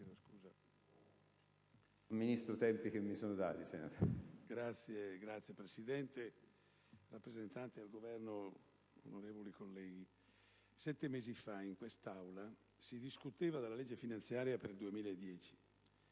Signor Presidente, signor rappresentante del Governo, onorevoli colleghi, sette mesi fa in quest'Aula si discuteva il disegno di legge finanziaria per il 2010.